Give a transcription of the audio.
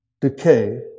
decay